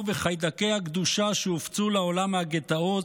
וחיידקי הקדושה שהופצו לעולם מהגטאות,